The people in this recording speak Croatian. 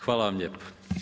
Hvala vam lijepa.